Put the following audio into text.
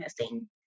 missing